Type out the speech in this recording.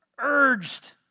urged